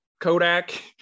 Kodak